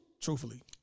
truthfully